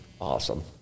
awesome